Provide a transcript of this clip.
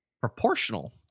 proportional